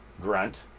grunt